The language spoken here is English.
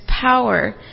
power